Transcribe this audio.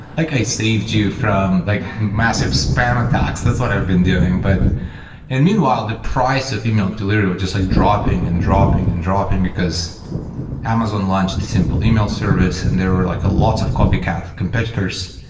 like i saved you from like massive spam attacks. that's what i've been doing. but and meanwhile, the price of email delivery was just like dropping and dropping and dropping, because amazon launched simple email service and there were like lots of copycat competitors.